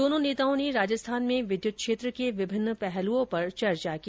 दोनों नेताओं ने राजस्थान में विद्यतं क्षेत्र के विभिन्न पहलूओं पर चर्चा की